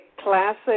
classic